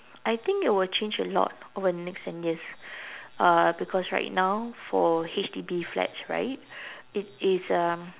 I think it will change a lot over the next ten years uh because right now for H_D_B flats right it is a